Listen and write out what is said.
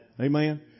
Amen